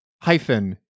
hyphen